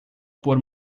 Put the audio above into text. por